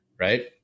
right